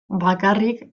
bakarrik